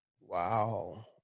Wow